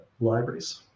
libraries